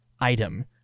item